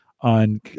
on